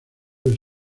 del